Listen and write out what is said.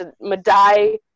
Madai